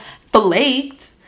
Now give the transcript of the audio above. flaked